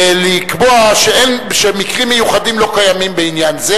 לקבוע שמקרים מיוחדים לא קיימים בעניין זה.